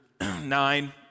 nine